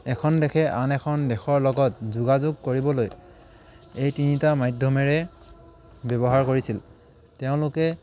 এখন দেশে আন এখন দেশৰ লগত যোগাযোগ কৰিবলৈ এই তিনিটা মাধ্যমেৰে ব্যৱহাৰ কৰিছিল তেওঁলোকে